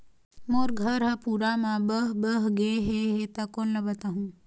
मोर घर हा पूरा मा बह बह गे हे हे ता कोन ला बताहुं?